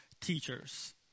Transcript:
teachers